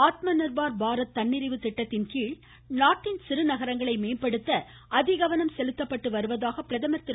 ஆத்ம நிர்பார் பாரத் தன்னிறைவு திட்டத்தின்கீழ் நாட்டின் சிறு நகரங்களை மேம்படுத்த அதி கவனம் செலுத்தப்பட்டு வருவதாக பிரதமர் திரு